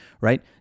right